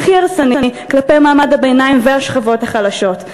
הכי הרסני כלפי מעמד הביניים והשכבות החלשות.